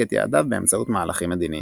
את יעדיו באמצעות מהלכים מדיניים.